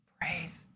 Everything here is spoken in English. Praise